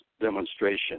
demonstration